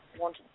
want